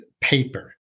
paper